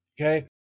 Okay